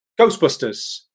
Ghostbusters